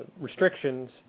restrictions